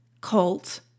cult